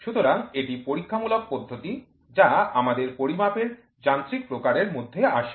সুতরাং এটি পরীক্ষামূলক পদ্ধতি যা আমাদের পরিমাপের যান্ত্রিক প্রকারের মধ্যে আসে